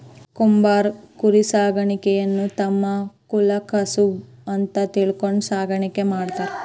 ಕುರಬರು ಕುರಿಸಾಕಾಣಿಕೆಯನ್ನ ತಮ್ಮ ಕುಲಕಸಬು ಅಂತ ತಿಳ್ಕೊಂಡು ಸಾಕಾಣಿಕೆ ಮಾಡ್ತಾರ